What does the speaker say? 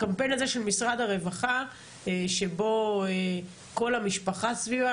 הקמפיין הזה של משרד הרווחה שכל המשפחה סביבו,